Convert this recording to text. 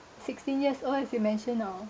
sixteen years old as you mention now